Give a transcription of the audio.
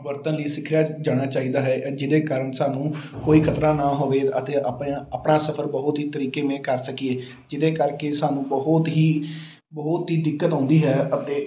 ਵਰਤਣ ਲਈ ਸਿੱਖਿਆ ਜਾਣਾ ਚਾਹੀਦਾ ਹੈ ਜਿਹਦੇ ਕਾਰਨ ਸਾਨੂੰ ਕੋਈ ਖ਼ਤਰਾ ਨਾ ਹੋਵੇ ਅਤੇ ਆਪਾਂ ਆਪਣਾ ਸਫ਼ਰ ਬਹੁਤ ਹੀ ਤਰੀਕੇ ਮੇ ਕਰ ਸਕੀਏ ਜਿਹਦੇ ਕਰਕੇ ਸਾਨੂੰ ਬਹੁਤ ਹੀ ਬਹੁਤ ਹੀ ਦਿੱਕਤ ਆਉਂਦੀ ਹੈ ਅਤੇ